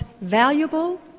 valuable